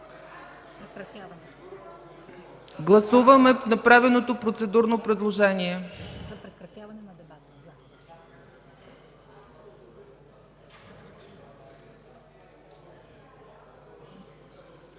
Гласуваме направеното процедурно предложение.